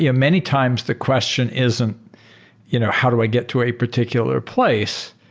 yeah many times the question isn't you know how do i get to a particular place,